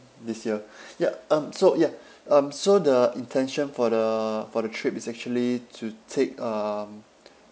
this year ya um so ya um so the intention for the for the trip is actually to take um